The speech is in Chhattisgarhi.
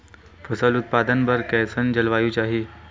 फसल उत्पादन बर कैसन जलवायु चाही?